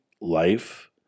life